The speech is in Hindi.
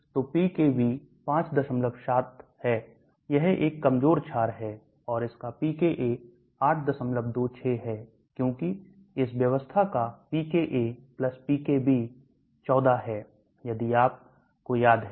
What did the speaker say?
तो pKb 57 है यह एक कमजोर छार है और इसका pKa 826 है क्योंकि इस व्यवस्था का pKapKb 14 है यदि आपको याद है